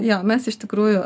jo mes iš tikrųjų